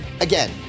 again